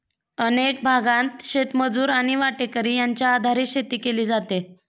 अनेक भागांत शेतमजूर आणि वाटेकरी यांच्या आधारे शेती केली जाते